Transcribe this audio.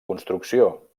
construcció